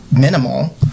minimal